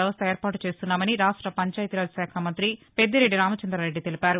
వ్యవస్థను ఏర్పాటు చేస్తున్నామని రాష్ట పంచాయతీ రాజ్ శాఖ మంత్రి పెద్దిరెడ్డి రామచంద్రారెడ్డి తెలిపారు